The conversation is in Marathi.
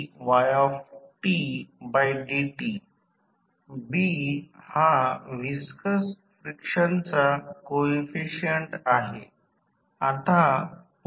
म्हणूनच समतुल्य सर्किट आहे यात ट्रान्सफॉर्मर साठी अभ्यास केला आहे आणि ही शॉर्ट सर्किट प्रवाह आहे आणि हे I0 आहे परंतु यालाच I0 म्हणतात Isc चा भाग अगदी लहान टक्के आहे